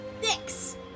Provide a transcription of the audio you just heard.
Six